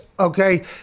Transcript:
okay